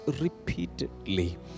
repeatedly